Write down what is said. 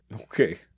Okay